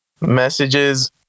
messages